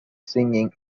singing